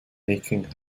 aching